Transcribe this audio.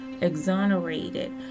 exonerated